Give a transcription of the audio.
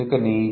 ఎందుకని